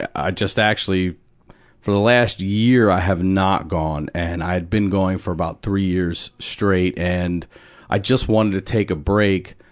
i just actually for the last year, i have not gone. and i'd been going for about three years straight. and i just wanted take a break.